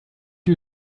you